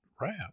wrap